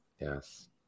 Yes